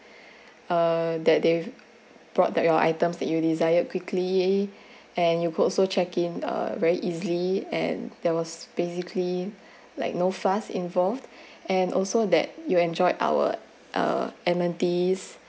uh that they brought that your items that you desired quickly and you could also check in uh very easily and there was basically like no fuss involved and also that you enjoyed our uh amenities